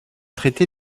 traité